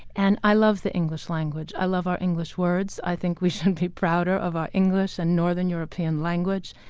and i love the english language i love our english words. i think we should be prouder of our english and northern european language,